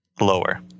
Lower